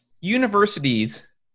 universities